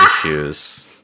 issues